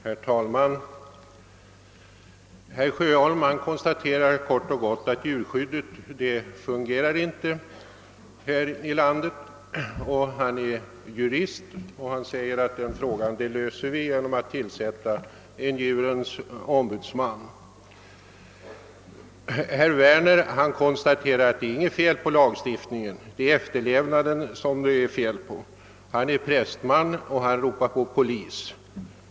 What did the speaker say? Herr talman! Herr Sjöholm konstaterar kort och gott att djurskyddet i landet inte fungerar. Han är jurist och säger att frågan kan lösas genom tillsättandet av en djurens ombudsman, medan herr Werner konstaterar att det inte är något fel på lagstiftningen men att efterlevnaden inte är vad den borde vara. Han är prästman och ropar på polis.